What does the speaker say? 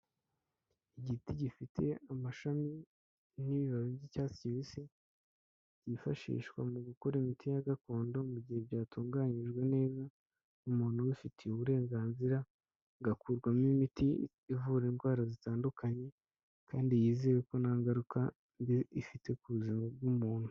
Igiti gifite amashami n'ibibabi by'icyatsi kibisi, byifashishwa mu gukora imiti ya gakondo mu gihe byatunganyijwe neza, umuntu ubifitiye uburenganzira, igakurwamo imiti ivura indwara zitandukanye kandi yizewe ko nta ngaruka mbi ifite, ku buzima bw'umuntu.